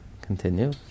Continue